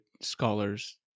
scholars